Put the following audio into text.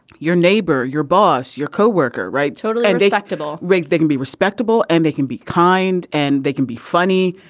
your neighbor your boss your co-worker. right. totally and detectable rig. they can be respectable and they can be kind and they can be funny.